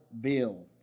bill